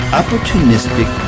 opportunistic